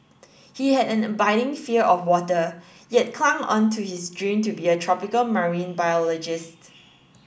he had an abiding fear of water yet clung on to his dream to be a tropical marine biologist